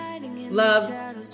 love